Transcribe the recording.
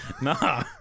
nah